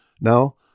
Now